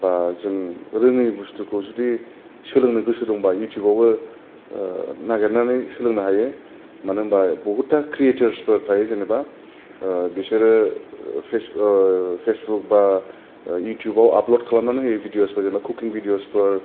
बा जों रोङै बुसथुखौ जुदि सोलोंनो गोसो दंबा इउथुबावबो नागिरनानै सोलोंनो हायो मानो होनबा बहुत थार खृएथरसफोर थायो जेनबा बिसोरो फेसबुक बा इउथुबाव आफलद खालामनानै होयो भिदिअसखौ जेनबा कुकिं भिदिअसफोर